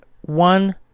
one